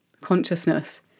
consciousness